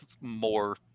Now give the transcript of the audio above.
more